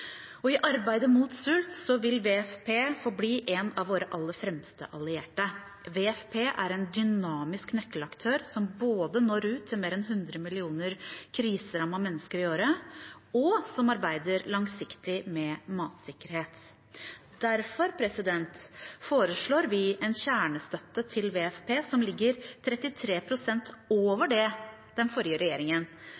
I arbeidet mot sult vil WFP forbli en av våre aller fremste allierte. WFP er en dynamisk nøkkelaktør som både når ut til mer enn 100 millioner kriserammede mennesker i året, og som arbeider langsiktig med matsikkerhet. Derfor foreslår vi en kjernestøtte til WFP som ligger